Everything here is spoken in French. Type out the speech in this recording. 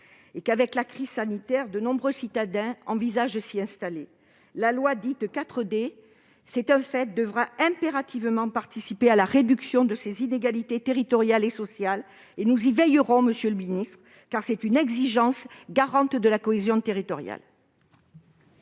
Du fait de la crise sanitaire, de nombreux citadins envisagent de s'y installer. La loi dite 4D, c'est un fait, devra impérativement participer à la réduction des inégalités territoriales et sociales et nous y veillerons, monsieur le secrétaire d'État, car c'est une exigence, garante de la cohésion territoriale.